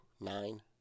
nine